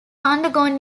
undergone